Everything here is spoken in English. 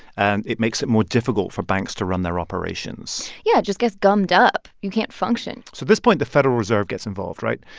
and it makes it more difficult for banks to run their operations yeah. it just gets gummed up. you can't function so at this point, the federal reserve gets involved, right?